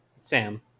Sam